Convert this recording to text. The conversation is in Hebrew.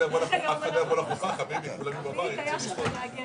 אנחנו נבוא חשבון עם האוצר.